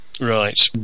Right